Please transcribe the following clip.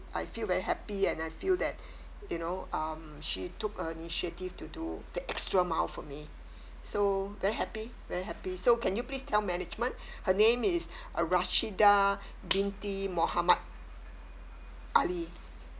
I feel very happy and I feel that you know um she took a initiative to do the extra mile for me so very happy very happy so can you please tell management her name is uh rashidah binte muhammad ali